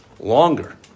Longer